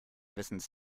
wissens